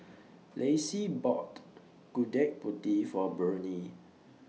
Lacie bought Gudeg Putih For A Burney